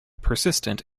persistent